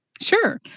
Sure